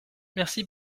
merci